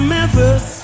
Memphis